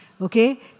Okay